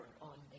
on